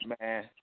man